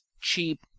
cheap